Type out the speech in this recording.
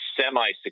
semi